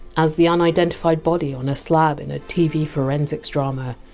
as the unidentified body on a slab in a tv forensics drama,